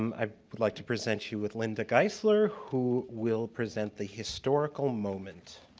i would like to present you with linda geisler, who will present the historical moment.